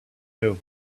too